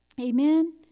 Amen